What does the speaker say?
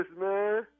man